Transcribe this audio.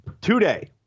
Today